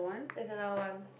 that's another one